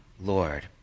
Lord